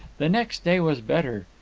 the next day was better.